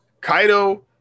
Kaido